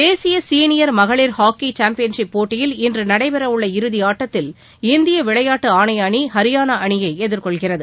தேசிய சீளியர் மகளிர் hockey championship போட்டியில் இன்று நடைபெறவுள்ள இறுதி ஆட்டத்தில் இந்திய விளையாட்டு ஆணைய அணி ஹரியானா அணியை எதிர்கொள்கிறது